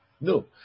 No